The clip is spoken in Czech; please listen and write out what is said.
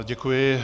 Děkuji.